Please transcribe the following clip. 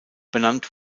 benannt